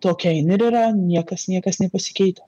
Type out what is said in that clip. tokia jin ir yra niekas niekas nepasikeitę